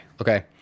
okay